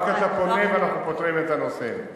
רק אתה פונה ואנחנו פותרים את הנושא.